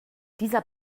dieser